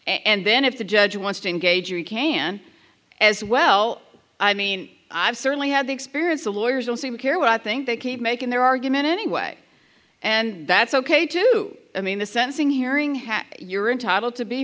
and then if the judge wants to engage you can as well i mean i've certainly had the experience the lawyers don't seem to care what i think they keep making their argument anyway and that's ok too i mean the sensing hearing you're entitle